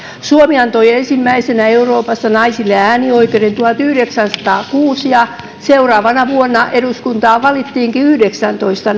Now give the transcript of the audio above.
suomi antoi ensimmäisenä euroopassa naisille äänioikeuden tuhatyhdeksänsataakuusi ja seuraavana vuonna eduskuntaan valittiinkin yhdeksäntoista